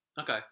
okay